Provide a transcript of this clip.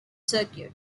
circuit